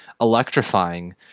electrifying